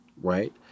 right